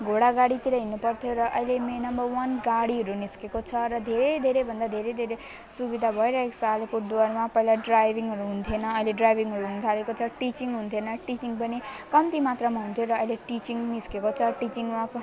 घोडागाडीतिर हिँड्नुपर्थ्यो र अहिलेमै नम्बर वन गाडीहरू निस्केको छ र धेरै धेरैभन्दा धेरै धेरै सुविधा भइरहेको छ आलिपुरद्वारमा पहिला ड्राइभिङहरू हुन्थिएन अहिले ड्राइभिङहरू हुनुथालेको छ टिचिङ हुन्थिएन टिचिङ पनि कम्ती मात्रामा हुन्थ्यो र अहिले टिचिङ निस्केको छ टिचिङमा